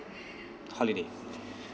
holiday